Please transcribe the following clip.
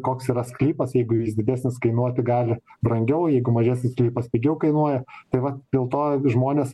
koks yra sklypas jeigu jis didesnis kainuoti gali brangiau jeigu mažesnis sklypas pigiau kainuoja tai vat dėl to žmonės